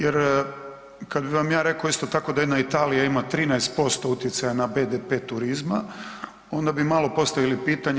Jer kada bi vam ja rekao isto tako da jedna Italija ima 13% utjecaja na BDP turizma onda bi malo postavili pitanje.